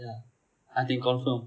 ya I think confirm